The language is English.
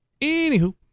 Anywho